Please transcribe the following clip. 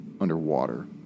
underwater